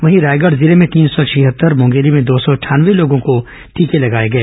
वहीं रायगढ़ जिले में तीन सौ छिहत्तर मुंगेली में दो सौ अंठानवे लोगों को टीके लगाए गए